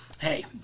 hey –